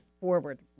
forward